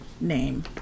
name